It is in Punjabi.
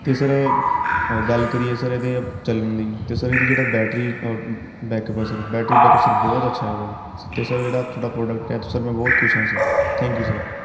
ਅਤੇ ਸਰ ਗੱਲ ਕਰੀਏ ਸਰ ਇਹਦੇ ਚੱਲਣ ਦੀ ਅਤੇ ਸਰ ਇਹਦੀ ਜਿਹੜਾ ਬੈਟਰੀ ਬੈਕਅੱਪ ਹੈ ਸਰ ਬੈਟਰੀ ਬੈਕਅੱਪ ਸਰ ਬਹੁਤ ਅੱਛਾ ਇਹਦਾ ਅਤੇ ਸਰ ਜਿਹੜਾ ਤੁਹਾਡਾ ਪ੍ਰੋਡਕਟ ਹੈ ਸਰ ਮੈਂ ਬਹੁਤ ਖੁਸ਼ ਹਾਂ ਸਰ ਥੈਂਕ ਯੂ ਸਰ